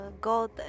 God